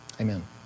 Amen